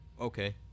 okay